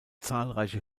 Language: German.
zahlreiche